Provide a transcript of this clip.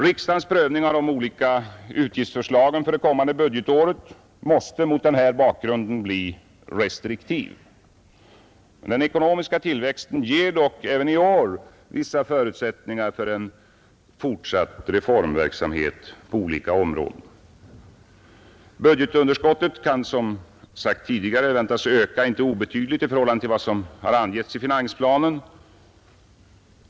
Riksdagens prövning av de olika utgiftsförslagen för det kommande budgetåret måste mot denna bakgrund bli restriktiv. Den ekonomiska tillväxten ger dock även i år vissa förutsättningar för en fortsatt reformverksamhet på olika områden. Budgetunderskottet kan som redan framhållits väntas öka inte obetydligt i förhållande till vad som anges i finansplanen.